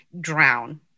drown